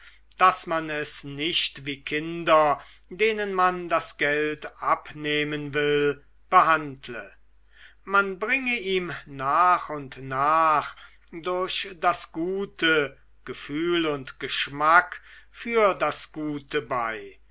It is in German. daß man es nicht wie kinder denen man das geld abnehmen will behandle man bringe ihm nach und nach durch das gute gefühl und geschmack für das gute bei